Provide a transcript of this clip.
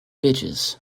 cages